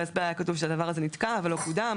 ההסבר היה כתוב שהדבר הזה נתקע ולא קודם.